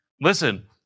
Listen